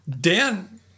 Dan